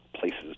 places